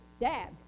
dad